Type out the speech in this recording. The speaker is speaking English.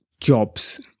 jobs